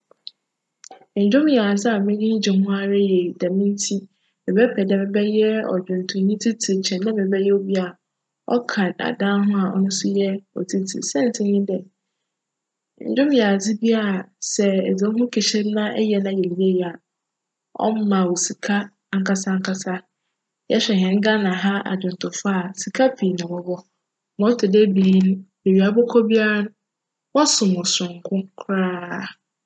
Ndwom yj adze a m'enyi gye ho ara yie djm ntsi mebjpj dj mebjyj cdwontonyi tsitsir kyjn dj mebjyj obi a cka adan ho a cno so yj tsitsir. Siantsir nye dj, ndwom yj adze bi a sj edze wo ho kjhyj mu na eyj no yie a, cma wo sika ankasa ankasa. Yjhwj hjn Ghana ha adwontofo a sika pii na wcwc. Ma ctc do ebien, beebi a ebckc biara wcsom wo soronko koraa.